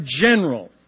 general